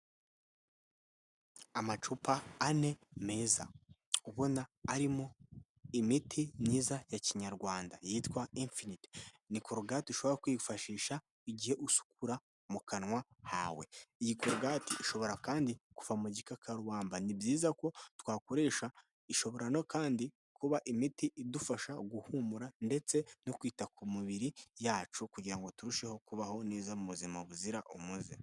Amacupa ane meza ubona arimo imiti myiza ya kinyarwanda yitwa Infinite, ni korogati ushobora kwifashisha igihe usukura mu kanwa kawe, iyi karogati ishobora kandi kuva mu gikakarubamba, ni byiza ko twakoresha ishobora no kandi kuba imiti idufasha guhumura ndetse no kwita ku mibiri yacu kugira ngo turusheho kubaho neza mu buzima buzira umuze.